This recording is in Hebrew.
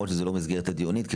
שדיברת עליה, היא